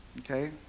okay